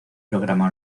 programa